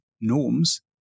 norms